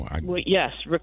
Yes